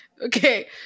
okay